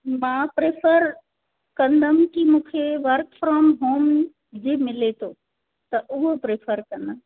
मां प्रैफर कंदमि कि मूंखे वर्क फ्रोम होम जी मिले थो त उहो प्रैफर कंदमि